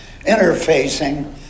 interfacing